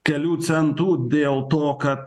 kelių centų dėl to kad